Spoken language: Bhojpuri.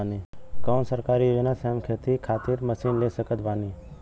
कौन सरकारी योजना से हम खेती खातिर मशीन ले सकत बानी?